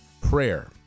prayer